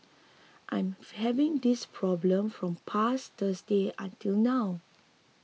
I'm having this problem from past Thursday until now